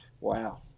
Wow